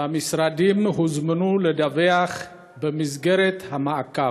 והמשרדים הוזמנו לדווח במסגרת המעקב.